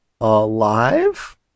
alive